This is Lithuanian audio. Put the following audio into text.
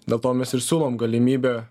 dėl to mes ir siūlom galimybę